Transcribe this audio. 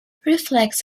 reflects